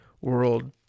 world